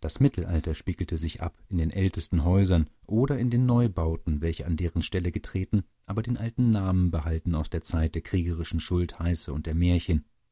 das mittelalter spiegelte sich ab in den ältesten häusern oder in den neubauten welche an deren stelle getreten aber den alten namen behalten aus der zeit der kriegerischen schultheiße und der märchen